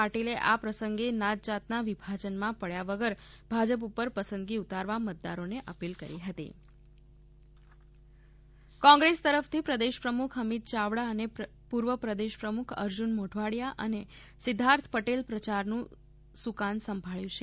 પાટિલે આ પ્રસંગે નાતજાતના વિભાજનમાં પડ્યા વગર ભાજપ ઉપર પસંદગી ઉતારવા મતદારો ને અપીલ કરી હતી કોંગ્રેસનો ચૂંટણી પ્રચાર કોંગ્રેસ તરફથી પ્રદેશ પ્રમુખ અમિત ચાવડા અને પૂર્વ પ્રદેશ પ્રમુખ અર્જુન મોઢવાડિયા અને સિધ્ધાર્થ પટેલે પ્રયારનું સુકાન સંભાળ્યું છે